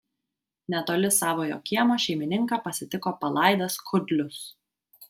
netoli savojo kiemo šeimininką pasitiko palaidas kudlius